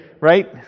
right